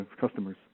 customers